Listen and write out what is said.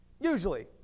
Usually